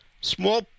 small